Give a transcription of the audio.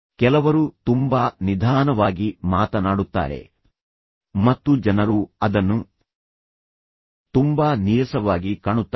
ಕೆಲವರು ತುಂಬಾ ನಿಧಾನವಾಗಿ ಮಾತನಾಡುತ್ತಾರೆ ಮತ್ತು ಜನರು ಅದನ್ನು ತುಂಬಾ ನೀರಸವಾಗಿ ಕಾಣುತ್ತಾರೆ